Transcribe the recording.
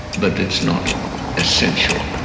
but it's not essential,